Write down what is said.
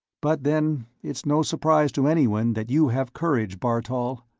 but then, it's no surprise to anyone that you have courage, bartol.